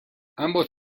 ambos